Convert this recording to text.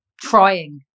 trying